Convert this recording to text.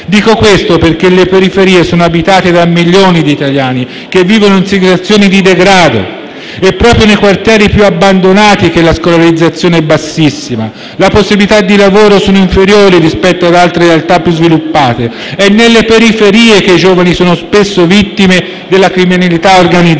Dico questo perché le periferie sono abitate da milioni di italiani, che vivono in situazioni di degrado. È proprio nei quartieri più abbandonati che la scolarizzazione è bassissima e le possibilità di lavoro sono inferiori rispetto ad altre realtà più sviluppate; è nelle periferie che i giovani sono spesso vittime della criminalità organizzata.